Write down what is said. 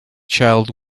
child